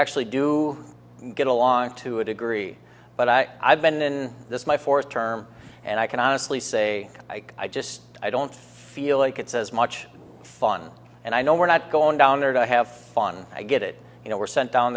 actually do get along to a degree but i i been this my fourth term and i can honestly say i just i don't feel like it's as much fun and i know we're not going down there to have fun i get it you know we're sent down